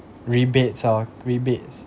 rebates oh rebates